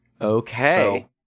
Okay